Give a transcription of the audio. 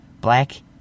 black